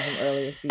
earlier